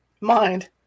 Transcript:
Mind